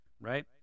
right